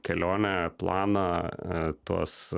kelionę planą tuos